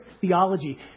theology